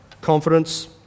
Confidence